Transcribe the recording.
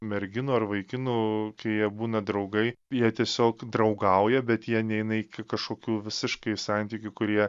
merginų ar vaikinų kai jie būna draugai jie tiesiog draugauja bet jie neina į kai kažkokių visiškai santykių kurie